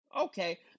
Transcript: okay